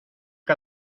que